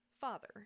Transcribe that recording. father